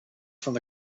from